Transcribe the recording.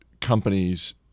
companies